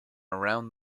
around